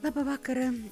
labą vakarą